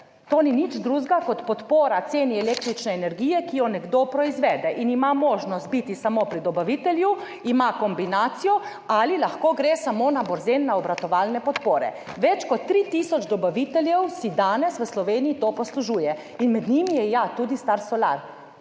To ni nič drugega kot podpora ceni električne energije, ki jo nekdo proizvede. In ima možnost biti samo pri dobavitelju, ima kombinacijo ali lahko gre samo na Borzen na obratovalne podpore. Več kot 3 tisoč dobaviteljev se danes v Sloveniji to poslužuje in med njimi je, ja, tudi star Solar.